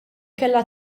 kellha